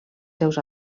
seus